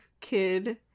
kid